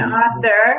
author